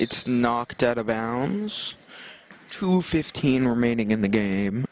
it's knocked out of bounds to fifteen remaining in the game